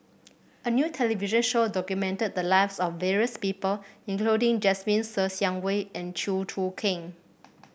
a new television show documented the lives of various people including Jasmine Ser Xiang Wei and Chew Choo Keng